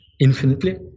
infinitely